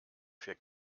für